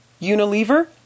Unilever